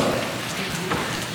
עדן, שעלתה מפלורידה,